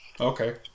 Okay